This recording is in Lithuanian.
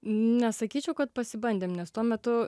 nesakyčiau kad pasibandėm nes tuo metu